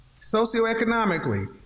socioeconomically